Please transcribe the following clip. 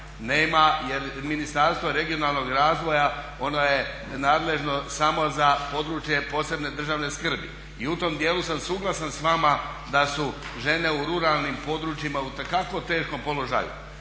nema jer Ministarstvo regionalnog razvoja ono je nadležno samo za područje posebne državne skrbi. I u tom djelu sam suglasan s vama da su žene u ruralnim područjima itekako u teškom položaju,